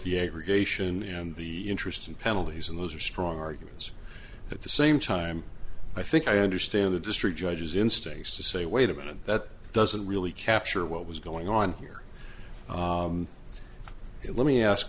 the aggravation and the interest and penalties and those are strong arguments at the same time i think i understand the district judges in states to say wait a minute that doesn't really capture what was going on here it let me ask